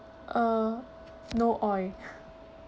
uh no oil